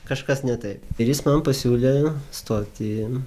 kažkas ne taip ir jis man pasiūlė stoti į